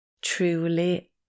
truly